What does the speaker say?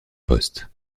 poste